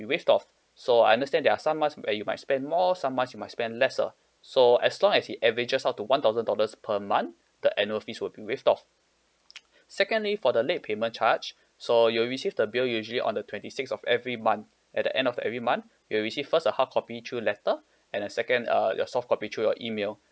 waived off so I understand there are some months where you might spend more some months you might spend lesser so as long as it averages out to one thousand dollars per month the annual fees would be waived off secondly for the late payment charge so you'll receive the bill usually on the twenty sixth of every month at the end of every month you'll receive first a hardcopy through letter and the second err your softcopy through your email